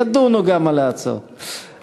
ידונו גם על ההצעות.